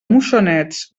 moixonets